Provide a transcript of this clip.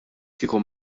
kieku